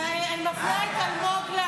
תודה רבה.